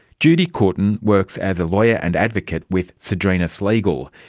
judy courtin works as a lawyer and advocate with sdrinis legal,